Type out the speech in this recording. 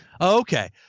Okay